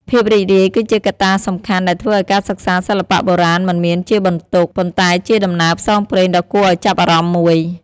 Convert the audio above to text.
ភាពរីករាយគឺជាកត្តាសំខាន់ដែលធ្វើឱ្យការសិក្សាសិល្បៈបុរាណមិនមែនជាបន្ទុក ប៉ុន្តែជាដំណើរផ្សងព្រេងដ៏គួរឱ្យចាប់អារម្មណ៍មួយ។